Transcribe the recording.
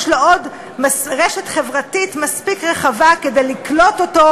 יש לו רשת חברתית רחבה מספיק כדי לקלוט אותו